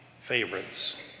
favorites